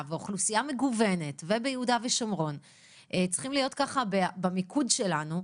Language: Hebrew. מגוונת ביהודה ושומרון צריכים להיות במיקוד שלנו.